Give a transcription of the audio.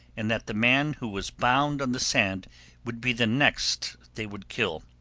and that the man who was bound on the sand would be the next they would kill.